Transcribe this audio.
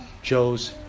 Joe's